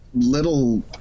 little